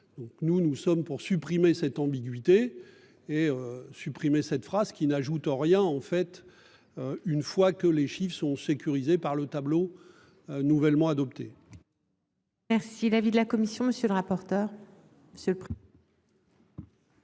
nous nous sommes pour supprimer cette ambiguïté et supprimer cette phrase qui n'ajoutant rien en fait. Une fois que les chiffres sont sécurisés par le tableau. Nouvellement adoptés.